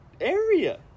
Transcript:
area